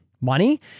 money